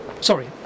Sorry